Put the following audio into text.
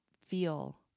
feel